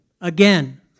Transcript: Again